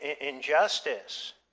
injustice